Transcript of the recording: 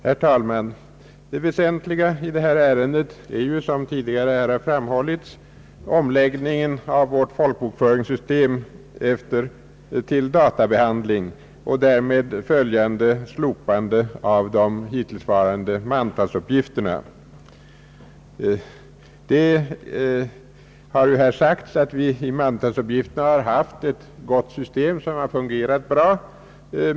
Herr talman! Det väsentliga i detta ärende är, som här redan har framhållits, omläggningen av vårt folkbokföringssystem till databehandling och därmed följande slopande av de hittillsvarande mantalsuppgifterna. Det har sagts att vi i mantalsuppgifterna haft ett gott system som fungerat bra.